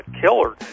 killer